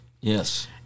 Yes